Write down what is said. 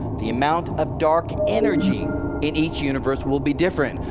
the amount of dark energy in each universe will be different.